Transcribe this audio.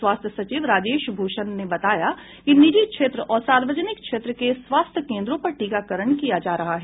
स्वास्थ्य सचिव राजेश भूषण ने बताया कि निजी क्षेत्र और सार्वजनिक क्षेत्र के स्वास्थ्य केन्द्रों पर टीकाकरण किया जा रहा है